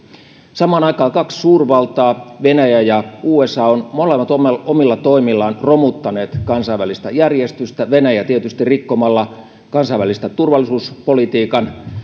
samaan aikaan kaksi suurvaltaa venäjä ja usa ovat molemmat omilla omilla toimillaan romuttaneet kansainvälistä järjestystä venäjä tietysti rikkomalla kansainvälistä turvallisuuspolitiikan